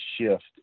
shift